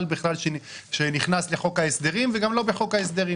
בכלל שנכנס לחוק ההסדרים וגם לא בחוק ההסדרים,